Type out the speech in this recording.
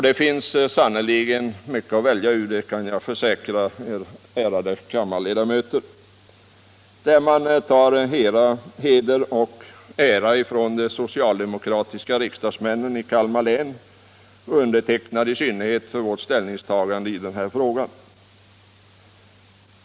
Det finns sannerligen mycket att välja ur, det kan jag försäkra. Man tar där heder och ära från de socialdemokratiska riksdagsmännen i Kalmar län, och undertecknad i synnerhet, för vårt ställningstagande i den här frågan.